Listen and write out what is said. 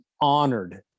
honored